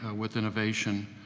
with innovation,